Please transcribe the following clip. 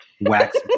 wax